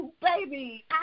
baby